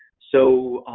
so,